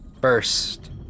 First